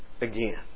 again